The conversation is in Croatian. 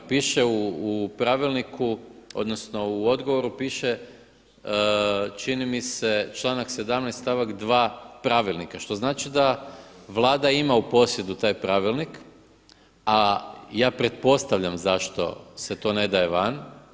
Piše u pravilniku odnosno u odgovoru piše čini mi se članak 17. stavak 2. Pravilnika, što znači da Vlada ima u posjedu taj pravilnik, a ja pretpostavljam zašto se to ne daje van.